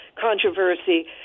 controversy